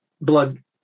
blood